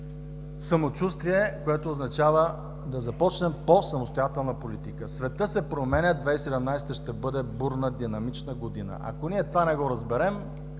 самочувствие, което означава да започнем по-самостоятелна политика. Светът се променя. 2017 ще бъде бурна, динамична година. Ако ние това не го разберем,